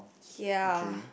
ya